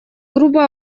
грубо